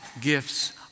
gifts